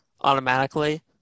automatically